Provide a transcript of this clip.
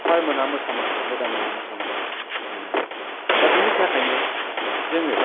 सार मोनहा मोसानांगौ मेदाम मोनहा मोसानांगौ होननानै दा बेनि थाखायनो जोङो